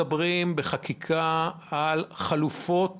אנחנו מדברים פה בחקיקה על חלופות